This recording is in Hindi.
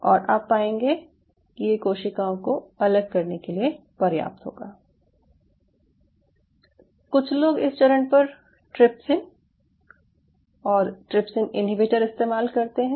और आप पाएंगे कि ये कोशिकाओं को अलग करने के लिए पर्याप्त होगा कुछ लोग इस चरण पर ट्रिप्सिन और ट्रिप्सिन इन्हीबिटर इस्तेमाल करते हैं